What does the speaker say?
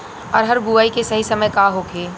अरहर बुआई के सही समय का होखे?